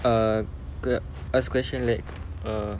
uh kena ask question like uh